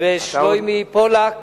ושלוימי פולק,